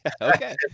Okay